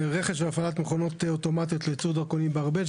רכש והפעלת מכונות אוטומטיות לייצור דרכונים בארבל.